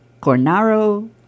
Cornaro